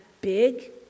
big